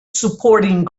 supporting